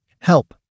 Help